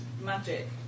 magic